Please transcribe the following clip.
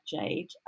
Jade